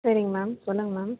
சரிங்க மேம் சொல்லுங்க மேம்